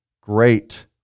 great